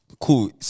cool